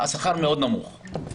השכר מאוד נמוך.